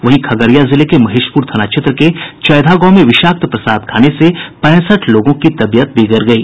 वहीं खगड़िया जिले के महेशपुर थाना क्षेत्र के चैधा गांव में विषाक्त प्रसाद खाने से पैंसठ लोगों की तबीयत बिगड़ गयी